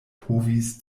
povis